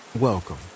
Welcome